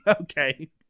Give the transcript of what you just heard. okay